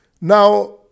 Now